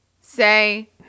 say